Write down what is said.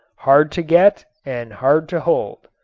hard to get and hard to hold.